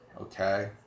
okay